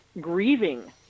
grieving